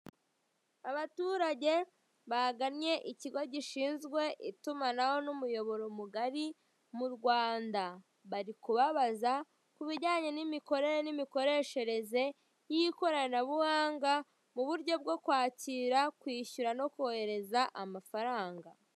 Abaturage bagannye ikigo gishinzwe itumanaho n'umuyoboro mu Rwanda. Bari kubabaza kubijyanye n'imikorere n'imikoreshereze y'ikoranabuhanga mu buryo bwo kwakira, kwishyura no kohereza amafaranga.